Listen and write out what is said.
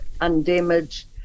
undamaged